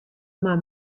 mar